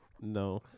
no